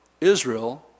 Israel